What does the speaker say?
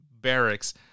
barracks